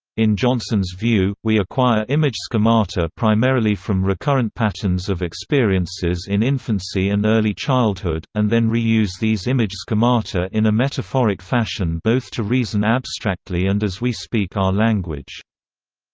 in johnson's view, we acquire image schemata primarily from recurrent patterns of experiences in infancy and early childhood, and then reuse these image schemata in a metaphoric fashion both to reason abstractly and as we speak our language.